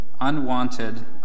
unwanted